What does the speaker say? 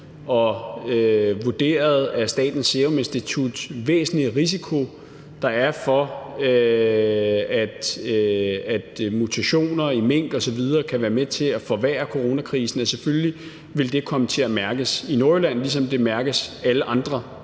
og af Statens Serum Institut vurderede væsentlige risiko, der er, for at mutationer i mink osv. kan være med til at forværre coronakrisen, vil det selvfølgelig komme til at kunne mærkes i Nordjylland, ligesom det vil kunne mærkes alle andre